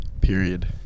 period